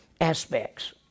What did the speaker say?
aspects